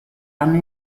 anno